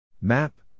Map